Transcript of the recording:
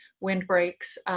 windbreaks